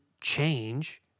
change